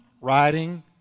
riding